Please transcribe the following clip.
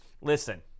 listen